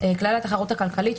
כלל התחרות הכלכלית,